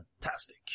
fantastic